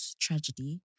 tragedy